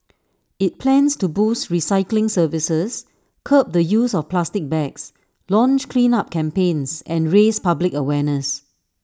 IT plans to boost recycling services curb the use of plastic bags launch cleanup campaigns and raise public awareness